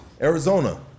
Arizona